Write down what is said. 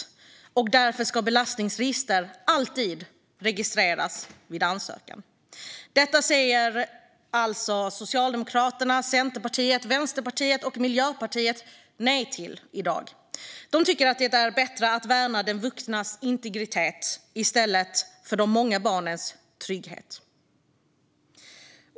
Därför ska utdrag ur belastningsregister alltid registreras vid ansökan. Detta säger alltså Socialdemokraterna, Centerpartiet, Vänsterpartiet och Miljöpartiet nej till i dag. De tycker att det är bättre att värna den vuxnas integritet i stället för de många barnens trygghet.